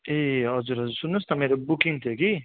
ए हजुर हजुर सुन्नुहोस् न मेरो बुकिङ थियो कि